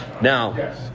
Now